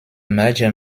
merger